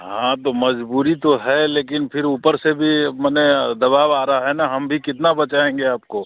हाँ तो मजबूरी तो है लेकिन फिर ऊपर से भी माने दबाव आ रहा है ना हम भी कितना बचाएंगे आपको